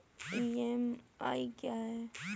EMI क्या है?